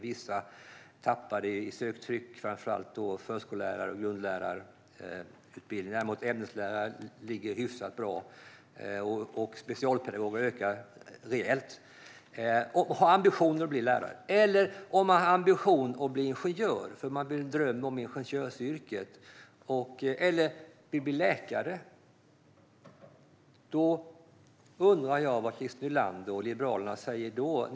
Vissa tappade i söktryck, framför allt förskollärarutbildningen och grundlärarutbildningen. Däremot var det hyfsat bra när det gäller ämneslärarutbildningen. Och när det gäller specialpedagogutbildningen ökade det rejält. Jag tänker på dem som har ambitionen att bli lärare eller som har en dröm om ingenjörsyrket eller som vill bli läkare. Jag undrar vad Christer Nylander och Liberalerna säger till dem.